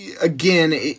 again